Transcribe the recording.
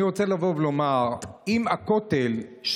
פה במקום פה, אז אני מבקש שזה יתוקן.